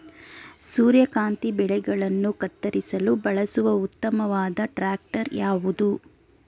ಸೂರ್ಯಕಾಂತಿ ಬೆಳೆಗಳನ್ನು ಕತ್ತರಿಸಲು ಬಳಸುವ ಉತ್ತಮವಾದ ಟ್ರಾಕ್ಟರ್ ಯಾವುದು?